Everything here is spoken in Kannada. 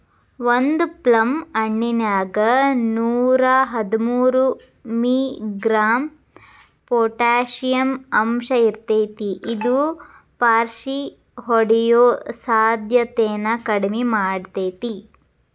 ಒಂದು ಪ್ಲಮ್ ಹಣ್ಣಿನ್ಯಾಗ ನೂರಾಹದ್ಮೂರು ಮಿ.ಗ್ರಾಂ ಪೊಟಾಷಿಯಂ ಅಂಶಇರ್ತೇತಿ ಇದು ಪಾರ್ಷಿಹೊಡಿಯೋ ಸಾಧ್ಯತೆನ ಕಡಿಮಿ ಮಾಡ್ತೆತಿ